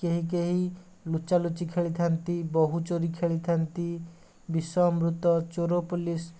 କେହି କେହି ଲୁଚାଲୁଚି ଖେଳିଥାନ୍ତି ବୋହୂଚୋରୀ ଖେଳିଥାନ୍ତି ବିଷ ଅମୃତ ଚୋର ପୋଲିସ୍